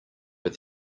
but